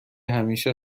همیشه